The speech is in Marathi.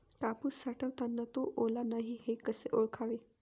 कापूस साठवताना तो ओला नाही हे कसे ओळखावे?